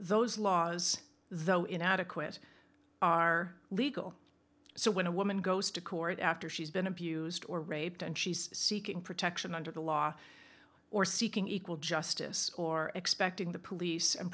those laws though inadequate are legal so when a woman goes to court after she's been abused or raped and she's seeking protection under the law or seeking equal justice or expecting the police and